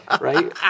right